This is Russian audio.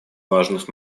важных